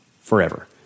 forever